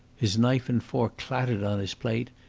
his knife and fork clattered on his plate,